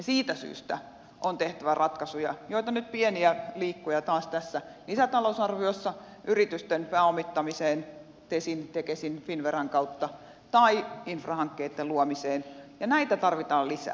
siitä syystä on tehtävä ratkaisuja nyt pieniä liikkuja taas tässä lisätalousarviossa yritysten pääomittamiseen tesin tekesin finnveran kautta tai infrahankkeitten luomiseen ja näitä tarvitaan lisää